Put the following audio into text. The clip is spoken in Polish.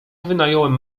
wynająłem